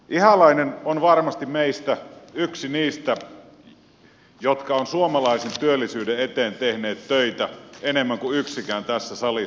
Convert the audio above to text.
ihalainen on varmasti meistä yksi niistä jotka ovat suomalaisen työllisyyden eteen tehneet töitä enemmän kuin yksikään tässä salissa